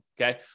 okay